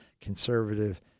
conservative